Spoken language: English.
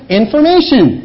information